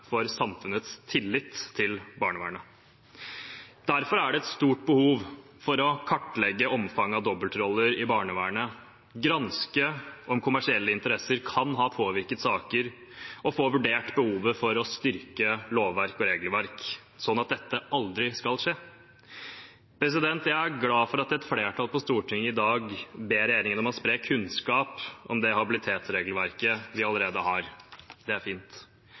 for samfunnets tillit til barnevernet. Derfor er det et stort behov for å kartlegge omfanget av dobbeltroller i barnevernet, granske om kommersielle interesser kan ha påvirket saker og få vurdert behovet for å styrke lovverk og regelverk, slik at dette aldri skal skje. Jeg er glad for at et flertall på Stortinget i dag ber regjeringen om å spre kunnskap om det habilitetsregelverket vi allerede har – det er fint.